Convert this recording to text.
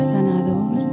Sanador